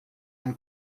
ein